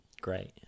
great